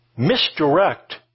Misdirect